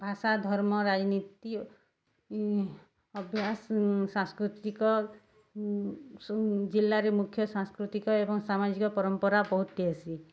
ଭାଷା ଧର୍ମ ରାଜନୀତି ଅଭ୍ୟାସ ସାଂସ୍କୃତିକ ଜିଲ୍ଲାରେ ମୁଖ୍ୟ ସାଂସ୍କୃତିକ ଏବଂ ସାମାଜିକ ପରମ୍ପରା ବହୁତ୍ଟେ ହେସି